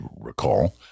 recall